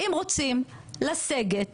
אם רוצים לסגת,